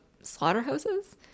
slaughterhouses